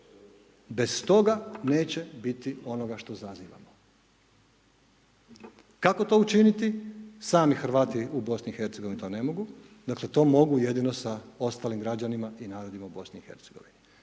Bez toga neće biti onoga što zazivamo. Kako to učiniti? Sami Hrvati u BiH to ne mogu, dakle, to mogu jedino sa ostalim građanima i narodima u BiH.